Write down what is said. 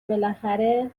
بالاخره